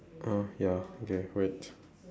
uh ya okay wait